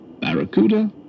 Barracuda